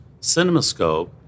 CinemaScope